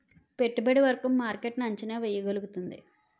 పెట్టుబడి వర్గం మార్కెట్ ను అంచనా వేయగలుగుతుంది